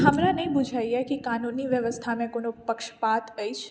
हमरा नहि बुझाइए कि कानूनी व्यवस्थामे कोनो पक्षपात अछि